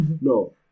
No